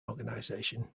organisation